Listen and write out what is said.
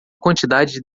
quantidade